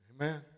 Amen